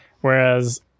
Whereas